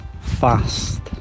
fast